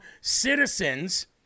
citizens